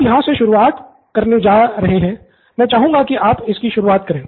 हम यहां से शुरुआत करने जा रहे हैं मैं चाहूँगा कि आप इसकी शुरुआत करे